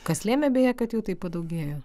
kas lėmė beje kad jų taip padaugėjo